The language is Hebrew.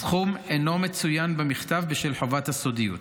הסכום אינו מצוין במכתב בשל חובת הסודיות.